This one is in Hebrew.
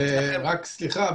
רק סליחה,